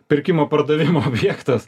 pirkimo pardavimo objektas